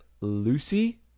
Lucy